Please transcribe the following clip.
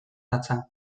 datza